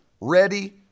ready